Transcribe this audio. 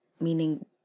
meaning